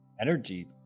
energy